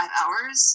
hours